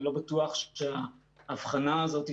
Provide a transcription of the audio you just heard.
אני לא בטוח שההבחנה הזאת,